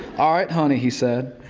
all right, honey, he said.